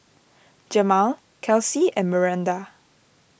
Jemal Kelcie and Miranda